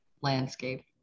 landscape